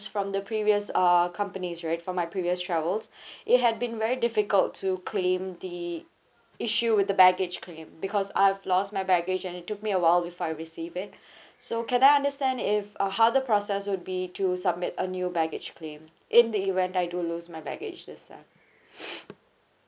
from the previous err companies right for my previous travels it had been very difficult to claim the issue with the baggage claim because I've lost my baggage and it took me awhile before I receive it so can I understand if uh how the process would be to submit a new baggage claim in the event I do lose my baggage this time